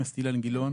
חבר הכנסת אילן גילאון.